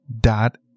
dot